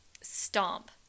stomp